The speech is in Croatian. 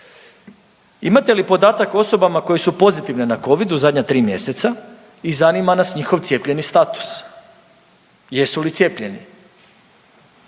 Imate li podatak o osobama koje su pozitivne na Covid u zadnja 3 mjeseca i zanima nas njihov cijepljeni status? Jesu li cijepljeni?